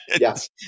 Yes